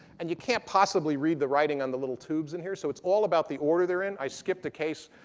and you can't possibly read the writing on the little tubes in here, so it's all about the order they're in. i skipped a case.